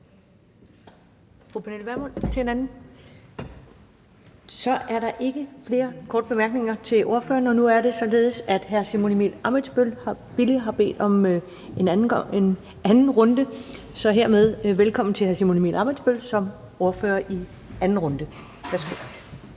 Så er der ikke flere korte bemærkninger til ordføreren. Nu er det således, at hr. Simon Emil Ammitzbøll-Bille har bedt om en anden runde, så hermed velkommen til hr. Simon Emil Ammitzbøll-Bille som privatist her i anden runde.